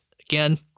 again